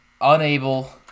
unable